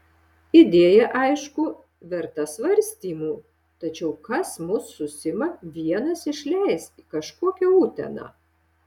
idėja aišku verta svarstymų tačiau kas mus su sima vienas išleis į kažkokią uteną